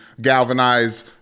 galvanize